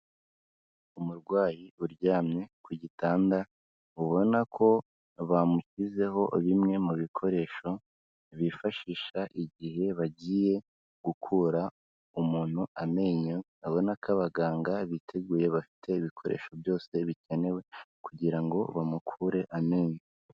Umurwayi uryamye ku gitanda, ubona ko bamushyizeho bimwe mu bikoresho, bifashisha igihe bagiye gukura umuntu amenyo, urabona ko abaganga biteguye bafite ibikoresho byose bikenewe kugira ngo bamukure amenyo.